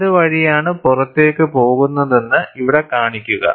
ഏത് വഴിയാണ് പുറത്തേക്ക് പോകുന്നതെന്ന് ഇവിടെ കാണിക്കുക